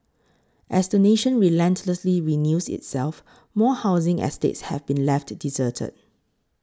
as the nation relentlessly renews itself more housing estates have been left deserted